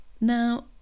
Now